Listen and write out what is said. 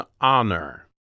honor